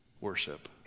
worship